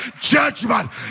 judgment